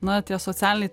na tie socialiniai